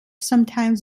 sometimes